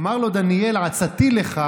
אמר לו דניאל: עצתי לך,